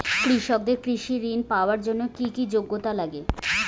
কৃষকদের কৃষি ঋণ পাওয়ার জন্য কী কী যোগ্যতা লাগে?